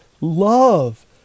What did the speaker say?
love